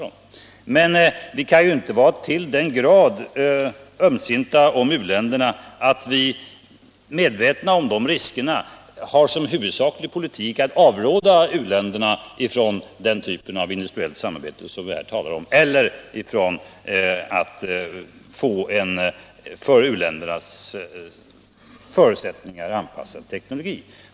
Vi kan dock inte vara till den grad försiktiga att vi, medvetna om de riskerna, som huvudsaklig politik avråder u-länderna från denna typ av industriellt samarbete, eller från att få en för u-ländernas förutsättningar anpassad teknologi.